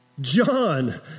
John